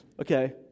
Okay